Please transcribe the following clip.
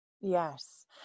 Yes